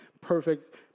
perfect